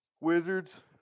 Wizards